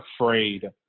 afraid